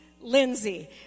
Lindsay